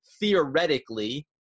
Theoretically